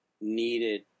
needed